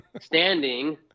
standing